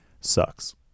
sucks